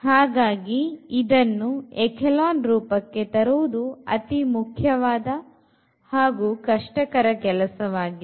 ಹಾಗಾಗಿ ಇದನ್ನು ಎಖೇಲಾನ್ ರೂಪಕ್ಕೆ ತರುವುದು ಅತ್ಯಂತ ಮುಖ್ಯವಾದ ಹಾಗು ಕಷ್ಟಕರವಾದ ಕೆಲಸವಾಗಿದೆ